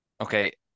okay